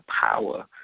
power